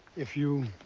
if you